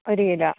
ഒരു കിലോ